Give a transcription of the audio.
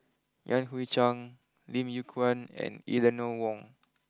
Yan Hui Chang Lim Yew Kuan and Eleanor Wong